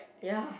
ya